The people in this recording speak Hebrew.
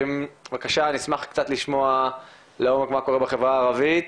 נשמח קצת לשמוע לעומק מה קורה בחברה הערבית,